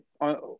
on